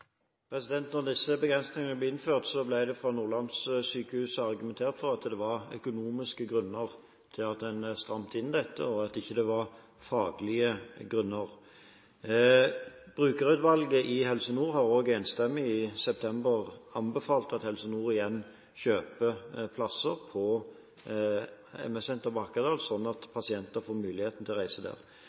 Når disse begrensningene ble innført, ble det fra Nordlandssykehuset argumentert for at det var økonomiske grunner til at en strammet inn dette, og at det ikke var faglige grunner. Brukerutvalget i Helse Nord har også enstemmig, i september, anbefalt at Helse Nord igjen kjøper plasser på MS-senteret i Hakadal, sånn at pasienter får muligheten til å reise